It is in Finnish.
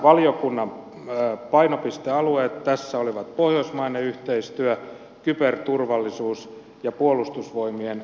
valiokunnan painopistealueet tässä olivat pohjoismainen yhteistyö kyberturvallisuus ja puolustusvoimien määräraha